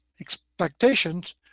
expectations